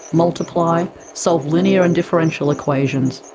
multiply solve linear and differential equations,